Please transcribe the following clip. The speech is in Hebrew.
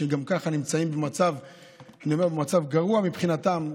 שגם ככה נמצאים במצב גרוע מבחינתם,